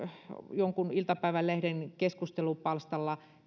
jonkun iltapäivälehden keskustelupalstalla